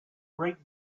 great